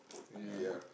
yeah